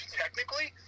technically